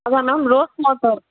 அதுதான் ma'am rose water